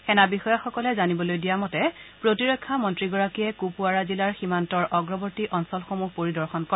সেনাবিষয়াসকলে জানিবলৈ দিয়া মতে প্ৰতিৰক্ষা মন্ত্ৰীগৰাকীয়ে কুপুৱৰা জিলাৰ সীমান্তৰ অগ্ৰবৰ্তী অঞ্চলসমূহ পৰিদৰ্শন কৰে